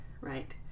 right